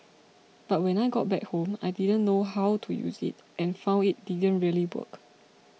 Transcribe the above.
but when I got back home I didn't know how to use it and found it didn't really work